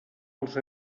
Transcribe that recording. els